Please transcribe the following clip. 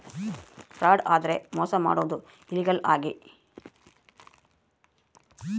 fraud ಅಂದ್ರೆ ಮೋಸ ಮಾಡೋದು ಇಲ್ಲೀಗಲ್ ಆಗಿ